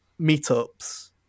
meetups